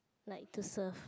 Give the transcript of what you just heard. like to serve